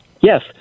Yes